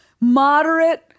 moderate